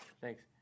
thanks